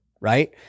Right